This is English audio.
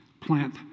plant